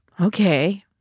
Okay